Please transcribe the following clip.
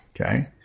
okay